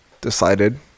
decided